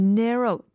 narrow